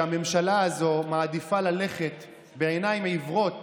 שהממשלה הזאת מעדיפה ללכת בעיניים עיוורות